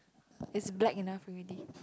it's black enough already